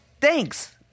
thanks